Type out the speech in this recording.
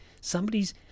somebody's